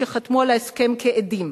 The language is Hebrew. שחתמו על ההסכם כעדים.